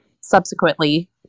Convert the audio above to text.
subsequently